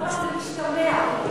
זה משתמע.